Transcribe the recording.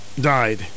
died